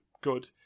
good